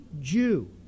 Jew